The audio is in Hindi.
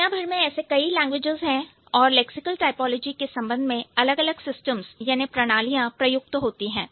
दुनिया भर में कई लैंग्वेजेज़ है और लैक्सिकल टाइपोलॉजी के संबंध में अलग अलग सिस्टम्स प्रणालियां प्रयुक्त होती हैं